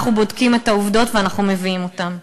אנחנו בודקים את העובדות ואנחנו מביאים אותן.